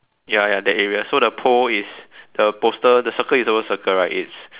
ya ya that area so the pole is the poster the circle is always circle right it's